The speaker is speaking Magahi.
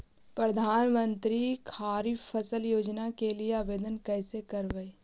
प्रधानमंत्री खारिफ फ़सल योजना के लिए आवेदन कैसे करबइ?